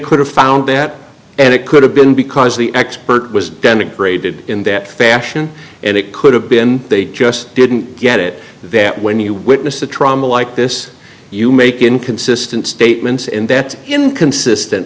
could have found that and it could have been because the expert was denigrated in that fashion and it could have been they just didn't get it that when you witness a trauma like this you make inconsistent statements and that's inconsistent